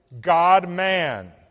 God-man